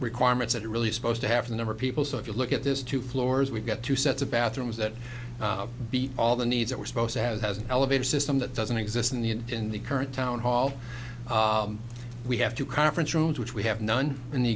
requirements it really is supposed to have a number of people so if you look at this two floors we've got two sets of bathrooms that beat all the needs that were supposed to have has an elevator system that doesn't exist in the in the current town hall we have two conference rooms which we have none in the